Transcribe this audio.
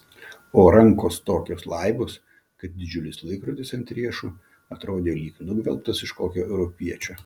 o rankos tokios laibos kad didžiulis laikrodis ant riešo atrodė lyg nugvelbtas iš kokio europiečio